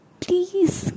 please